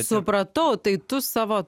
supratau tai tu savo